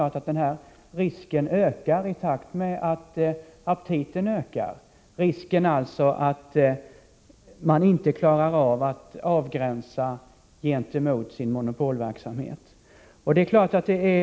Risken för att televerket inte klarar av att avgränsa denna sektor i förhållande till sin monopolverksamhet ökar i takt med att aptiten ökar.